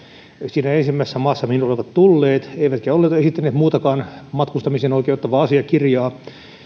siinä ensimmäisessä maassa mihin olivat tulleet eivätkä olleet esittäneet muutakaan matkustamiseen oikeuttavaa asiakirjaa